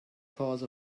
cause